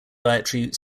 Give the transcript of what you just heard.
dietary